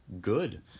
good